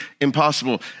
impossible